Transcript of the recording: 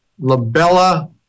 Labella